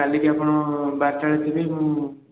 କାଲିକି ଆପଣ ବାରଟାରେ ଥିବେ ମୁଁ